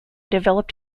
developed